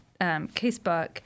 casebook